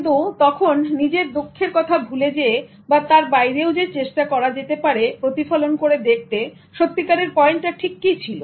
কিন্তু তখন নিজের দুঃখের কথা ভুলে যেয়ে বা তার বাইরেও যে চেষ্টা করা যেতে পারে প্রতিফলন করে দেখতে সত্যিকারের পয়েন্টটা কি ছিল